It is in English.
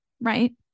right